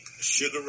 Sugar